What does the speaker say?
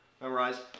memorize